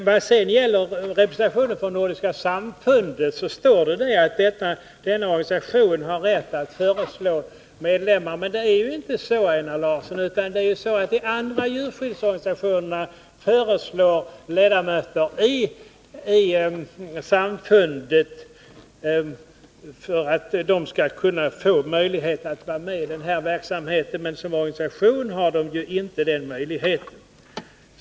Beträffande representation för Nordiska samfundet mot plågsamma djurförsök står det att denna organisation har rätt att föreslå medlemmar. Men det är inte så, Einar Larsson — de andra djurskyddsorganisationerna föreslår ledamöter från samfundet för att de skall få möjlighet att vara med i den här verksamheten, men samfundet har som organisation inte den möjligheten.